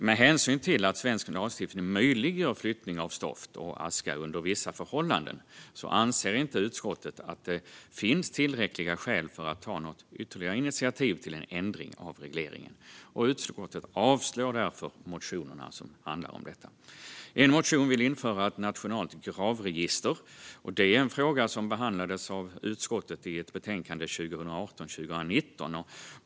Med hänsyn till att svensk lagstiftning möjliggör flyttning av stoft och aska under vissa förhållanden anser inte utskottet att det finns tillräckliga skäl för att ta något ytterligare initiativ till ändring av regleringen. Utskottet avstyrker därför motionerna som handlar om detta. En motion föreslår att ett nationellt gravregister ska införas. Det är en fråga som behandlades av utskottet i ett betänkande 2018/19.